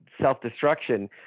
self-destruction